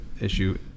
issue